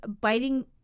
Biting